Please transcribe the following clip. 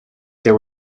there